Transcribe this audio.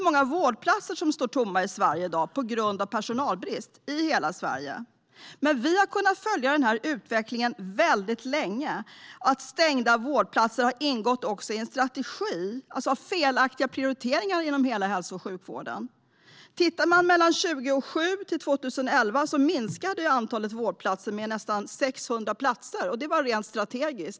Många vårdplatser står tomma på grund av personalbrist i hela Sverige. Vi har kunnat följa denna utveckling väldigt länge. Stängda vårdplatser har ingått i en strategi med felaktiga prioriteringar genom hela hälso och sjukvården. Mellan 2007 och 2011 minskade till exempel antalet vårdplatser med nästan 600 platser, och det var rent strategiskt.